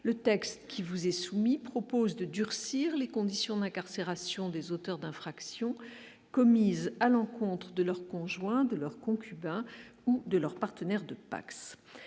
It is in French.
le texte qui vous est soumis propose de durcir les conditions d'incarcération des auteurs d'infractions commises à l'encontre de leur conjoint, de leur concubin ou de leur partenaire de Pacs,